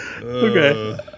Okay